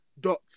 Dot